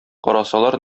карасалар